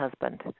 husband